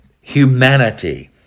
humanity